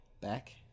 Back